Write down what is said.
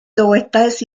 dywedais